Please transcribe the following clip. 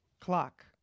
Clock